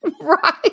Right